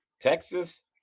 Texas